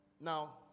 now